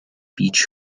beech